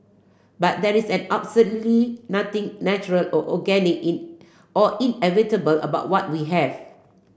but there is an absolutely nothing natural or organic in or inevitable about what we have